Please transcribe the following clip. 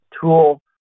tool